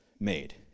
made